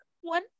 one